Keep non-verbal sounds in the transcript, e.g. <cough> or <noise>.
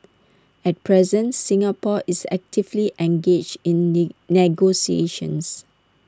at present Singapore is actively engaged in <unintelligible> negotiations